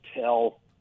tell